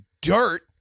dirt